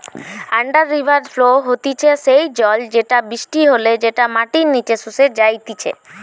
under river flow হতিছে সেই জল যেটা বৃষ্টি হলে যেটা মাটির নিচে শুষে যাইতিছে